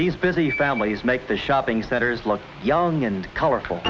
these busy families make the shopping centers look young and colorful